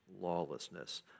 lawlessness